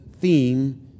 theme